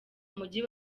mujyi